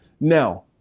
Now